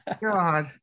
God